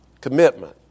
commitment